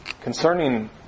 concerning